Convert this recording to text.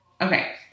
Okay